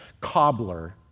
cobbler